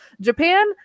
Japan